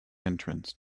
entrance